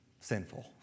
sinful